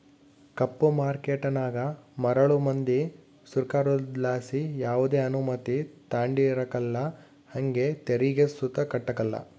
ಕಪ್ಪು ಮಾರ್ಕೇಟನಾಗ ಮರುಳು ಮಂದಿ ಸೃಕಾರುದ್ಲಾಸಿ ಯಾವ್ದೆ ಅನುಮತಿ ತಾಂಡಿರಕಲ್ಲ ಹಂಗೆ ತೆರಿಗೆ ಸುತ ಕಟ್ಟಕಲ್ಲ